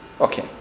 okay